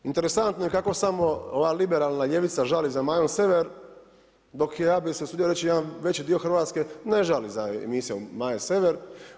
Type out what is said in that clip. Interesantno kako samo ova liberalna ljevica žali za Majom Sever, dok ja bih se usudio reći jedan veći dio Hrvatske ne žali za emisijom Maje Sever.